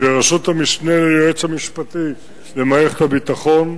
בראשות המשנה ליועץ המשפטי למערכת הביטחון,